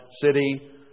city